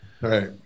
Right